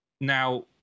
Now